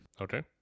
Okay